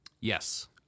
yes